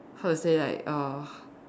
how to say like uh